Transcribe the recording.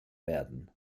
werden